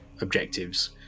objectives